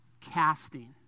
casting